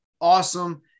awesome